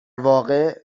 واقع